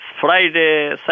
Friday